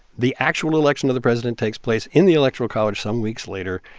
the actual election of the president takes place in the electoral college some weeks later,